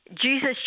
Jesus